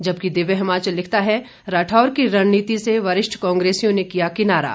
जबकि दिव्य हिमाचल लिखता है राठौर की रणनीति से वरिष्ठ कांग्रेसियों ने किया किनारा